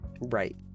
right